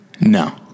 No